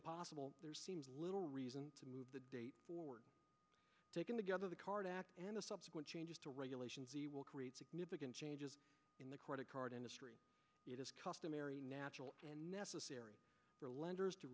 impossible there seems little reason to move the date forward taken together the card act and the subsequent changes to regulations will create significant changes in the credit card industry customary natural and necessary for lenders to